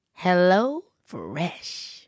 HelloFresh